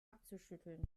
abzuschütteln